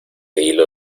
hilo